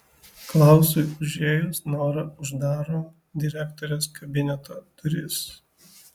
klausui užėjus nora uždaro direktorės kabineto duris